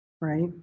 right